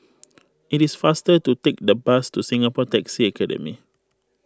it is faster to take the bus to Singapore Taxi Academy